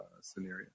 scenario